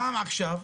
גם עכשיו,